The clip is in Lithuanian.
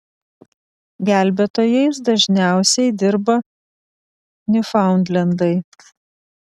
gelbėtojais dažniausiai dirba niūfaundlendai